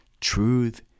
truth